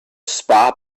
ska